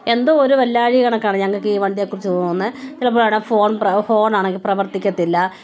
എന്തോ ഒരു വല്ലായിക കണക്കാണ് ഞങ്ങൾക്ക് ഈ വണ്ടിയെ കുറിച്ച് തോന്നുന്നത് ചിലപ്പോഴാണെ ഫോൺ ഹോണാണെങ്കിൽ പ്രവർത്തിക്കത്തില്ല